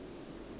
I